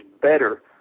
better